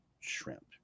shrimp